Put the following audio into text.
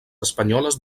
espanyoles